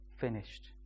finished